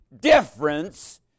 difference